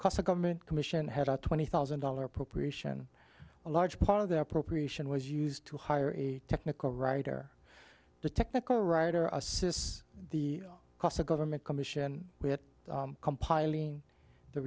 cost of government commission had a twenty thousand dollars appropriation a large part of the appropriation was used to hire a technical writer the technical writer says the cost of government commission with compiling the